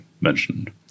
mentioned